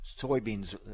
soybeans